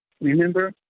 remember